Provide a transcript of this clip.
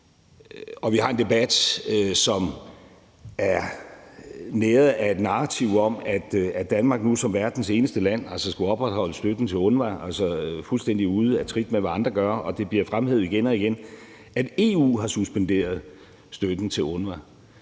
at vi har en debat, som er næret af et narrativ om, at Danmark nu som verdens eneste land skulle opretholde støtten til UNRWA fuldstændig ude af trit med, hvad andre gør; og at det bliver fremhævet igen og igen, at EU har suspenderet støtten til UNRWA,